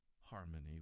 harmony